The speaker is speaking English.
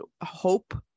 hope